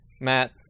Matt